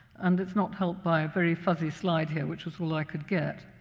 and it's not helped by a very fuzzy slide here, which was all i could get.